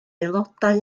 aelodau